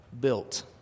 built